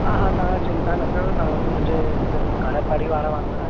हा हा तव्हां चिंता न कयो तव्हां बि मुंहिंजे हिकदमि ईअं घरु परिवार वांगुरु आहियो